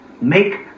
Make